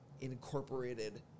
incorporated